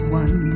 one